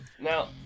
Now